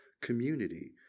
community